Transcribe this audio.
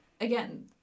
again